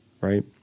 Right